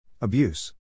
Abuse